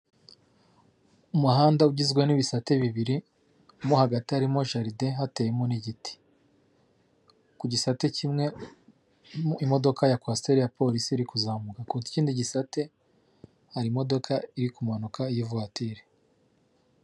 Umuhanda ugizwe n'ibisate bibiri mo hagati harimo jaride hateyemo n'igiti, ku gisate kimwe mu imodoka ya kwasiteri ya polisi iri kuzamuka, ku kindi gisate hari imodoka iri kumanuka ya vatire.